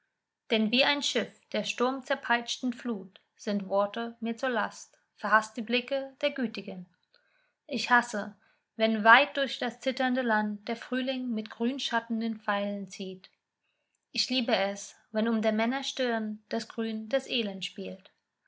denn wie ein schiff der sturmzerpeitschten flut sind worte mir zur last verhaßt die blicke der gütigen ich hasse wenn weit durch das zitternde land der frühling mit grünschattenden pfeilen zielt ich liebe es wenn um der männer stirn das grün des elends spielt